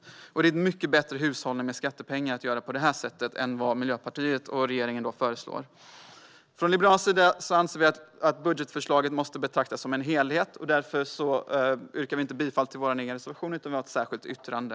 Det innebär en mycket bättre hushållning med skattepengar att göra på det här sättet än på det sätt som Miljöpartiet och regeringen föreslår. Från Liberalernas sida anser vi att budgetförslaget måste betraktas som en helhet, och därför yrkar vi inte bifall till vår egen reservation utan har ett särskilt yttrande.